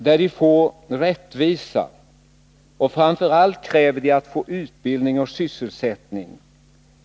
De vill ha rättvisa, och framför allt kräver de att få utbildning och sysselsättning.